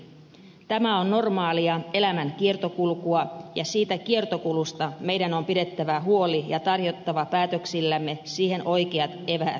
tämä on normaalia elämän kiertokulkua ja siitä kiertokulusta meidän on pidettävä huoli ja tarjottava päätöksillämme siihen oikeat eväät oikea aikaisesti